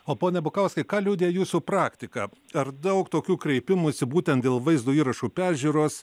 o pone bukauskai ką liudija jūsų praktika ar daug tokių kreipimųsi būtent dėl vaizdo įrašų peržiūros